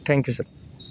thank you sir